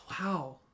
wow